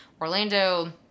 Orlando